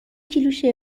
کیلوشه